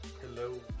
Hello